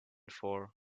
for